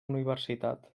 universitat